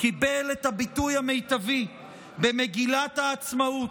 קיבל את הביטוי המיטבי במגילת העצמאות,